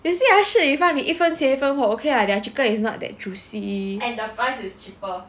you see ah Shi Ling Fang 一分钱一分货 okay lah their chicken is not that juicy